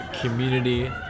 community